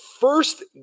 first